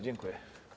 Dziękuję.